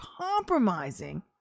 compromising